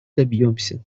добьемся